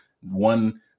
one